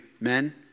men